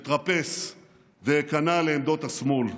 אתרפס ואיכנע לעמדות השמאל.